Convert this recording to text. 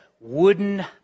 wooden